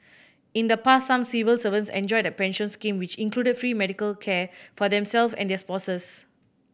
in the past some civil servants enjoyed a pension scheme which included free medical care for themselves and their spouses